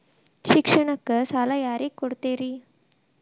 ಶಿಕ್ಷಣಕ್ಕ ಸಾಲ ಯಾರಿಗೆ ಕೊಡ್ತೇರಿ?